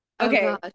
okay